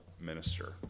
minister